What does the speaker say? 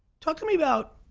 talk to me about,